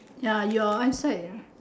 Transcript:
ya your eyesight